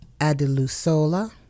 Adelusola